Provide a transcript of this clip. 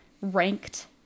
ranked